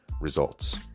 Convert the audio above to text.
results